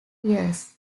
years